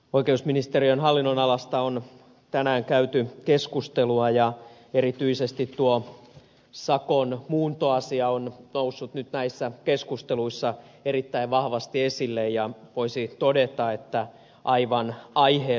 oikeusministeriön hallinnonalasta on tänään käyty keskustelua ja erityisesti tuo sakon muuntoasia on noussut nyt näissä keskusteluissa erittäin vahvasti esille ja voisi todeta että aivan aiheellisesti